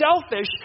selfish